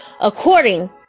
according